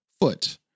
foot